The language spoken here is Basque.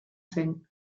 zen